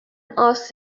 asked